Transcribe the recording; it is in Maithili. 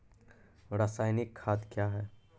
रसायनिक खाद कया हैं?